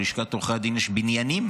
ללשכת עורכי הדין יש בניינים